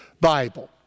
Bible